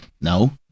No